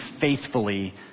faithfully